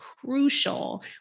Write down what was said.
crucial